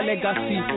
Legacy